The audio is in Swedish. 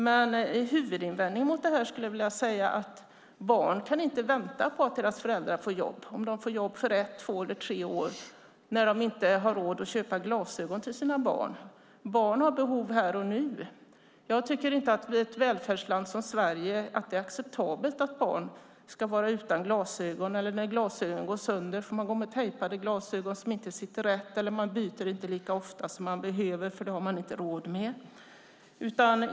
Men huvudinvändningen mot det här, skulle jag vilja säga, är att barn inte kan vänta på att deras föräldrar ska få jobb. De får kanske jobb om ett, två eller tre år och har inte råd att köpa glasögon till sina barn. Barn har behov här och nu. Jag tycker inte att det i ett välfärdsland som Sverige är acceptabelt att barn ska vara utan glasögon. När glasögonen går sönder får man kanske gå med tejpade glasögon som inte sitter rätt. Eller man byter kanske inte lika ofta som man behöver, eftersom man inte har råd med det.